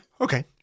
Okay